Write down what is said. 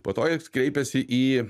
po to jis kreipėsi į